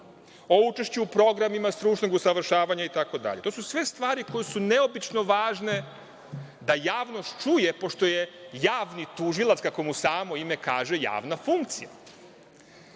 o učešćima u programima stručnog usavršavanja itd. To su sve stravi koje su neobično važne da javnost čuje, pošto je javni tužilac, kako mu samo ime kaže, javna funkcija. Znate,